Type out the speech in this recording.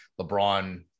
LeBron